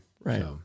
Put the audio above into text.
Right